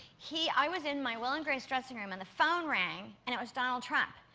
he i was in my will and grace dressing room and the phone rang and it was donald trump.